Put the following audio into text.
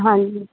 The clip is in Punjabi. ਹਾਂਜੀ